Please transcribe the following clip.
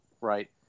right